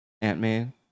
Ant-Man